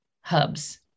hubs